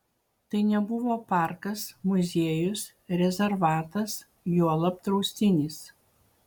tai nebuvo parkas muziejus rezervatas juolab draustinis